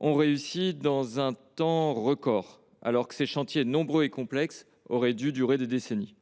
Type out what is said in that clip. a réussi à relever ce défi en un temps record, alors que ces chantiers, nombreux et complexes, auraient dû durer des décennies.